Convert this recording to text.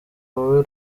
wowe